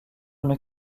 une